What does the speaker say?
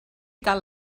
cal